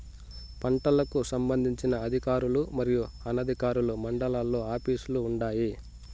పంటలకు సంబంధించిన అధికారులు మరియు అనధికారులు మండలాల్లో ఆఫీస్ లు వుంటాయి?